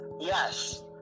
Yes